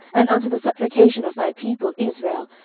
and unto the supplication of thy people israel,